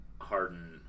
Harden